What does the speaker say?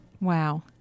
Wow